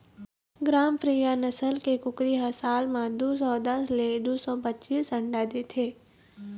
ग्रामप्रिया नसल के कुकरी ह साल म दू सौ दस ले दू सौ पचीस अंडा देथे